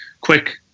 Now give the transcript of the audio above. quick